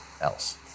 else